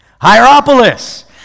Hierapolis